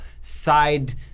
side